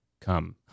come